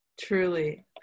Truly